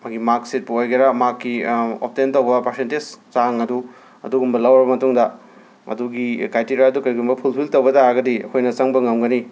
ꯃꯥꯒꯤ ꯃꯥꯛꯁꯤꯠꯄꯨ ꯑꯣꯏꯒꯦꯔꯥ ꯃꯥꯛꯀꯤ ꯑꯣꯞꯇꯦꯟ ꯇꯧꯕ ꯄꯥꯔꯁꯦꯟꯇꯦꯁ ꯆꯥꯡ ꯑꯗꯨ ꯑꯗꯨꯒꯨꯝꯕ ꯂꯧꯔꯕ ꯃꯇꯨꯡꯗ ꯑꯗꯨꯒꯤ ꯀ꯭ꯔꯥꯏꯇꯦꯔꯤꯌꯥꯗꯣ ꯀꯩꯒꯨꯝꯕ ꯐꯨꯜꯐꯤꯜ ꯇꯧꯕ ꯇꯥꯔꯒꯗꯤ ꯑꯩꯈꯣꯏꯅ ꯆꯪꯕ ꯉꯝꯒꯅꯤ